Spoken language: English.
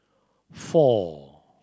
four